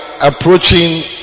approaching